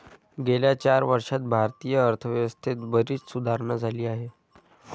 गेल्या चार वर्षांत भारतीय अर्थव्यवस्थेत बरीच सुधारणा झाली आहे